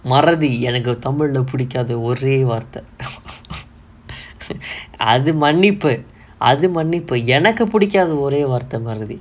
மறதி எனக்கு தமிழ புடிக்காத ஒரே வார்த்த:marathi enakku tamila pudikkaatha orae vaartha அது மன்னிப்பு அது மன்னிப்பு எனக்கு புடிக்காத ஒரே வார்த்த மறதி:athu mannippu athu mannippu enakku pudikkaatha orae vaartha marathi